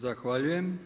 Zahvaljujem.